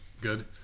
good